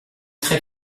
très